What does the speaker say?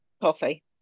Coffee